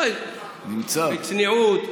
אה, בצניעות.